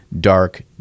Dark